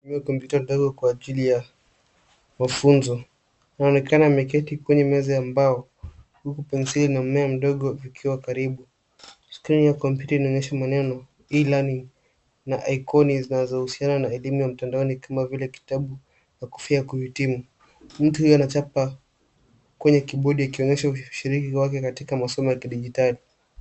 Tunaona kompyuta ndogo kwa ajili ya mafunzo. Inaonekana ameketi kwenye meza ya mbao huku penseli na mmea mdogo vikiwa karibu. Skrini ya kompyuta inaonyesha maneno e learning na icon zinazohusiana na elimu mtandaoni kama vile kitabu na kofia ya kuhitimu. Mtu huyu anachapa kwenye kibodi akionyesha ushiriki wake katika masomo ya kidijitali.